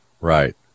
Right